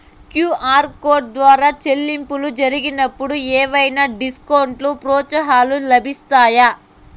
QR code ద్వారా చెల్లింపులు జరిగినప్పుడు ఏవైనా డిస్కౌంట్ లు, ప్రోత్సాహకాలు లభిస్తాయా?